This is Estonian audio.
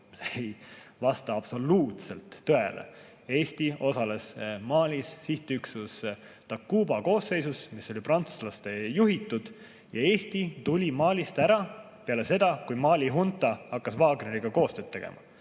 See ei vasta absoluutselt tõele. Eesti osales Malis sihtüksuse Takuba koosseisus, mis oli prantslaste juhitud, ja Eesti tuli Malist ära peale seda, kui Mali hunta hakkas Wagneriga koostööd tegema.